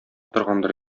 торгандыр